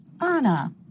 Anna